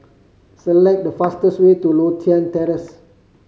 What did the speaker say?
select the fastest way to Lothian Terrace